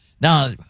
Now